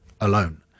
alone